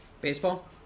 Baseball